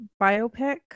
biopic